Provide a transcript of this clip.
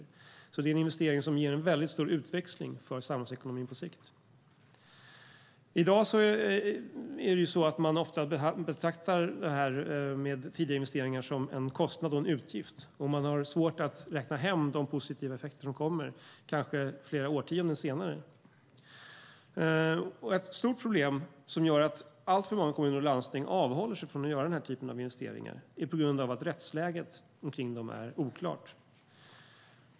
Det är alltså en investering som ger en mycket stor utväxling för samhällsekonomin på sikt. I dag betraktar man ofta tidiga investeringar som en kostnad och en utgift, och man har svårt att räkna hem de positiva effekter som kanske kommer flera årtionden senare. Ett stort problem som gör att alltför många kommuner och landsting avhåller sig från att göra denna typ av investeringar är att rättsläget kring dem är oklart.